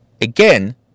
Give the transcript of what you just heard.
Again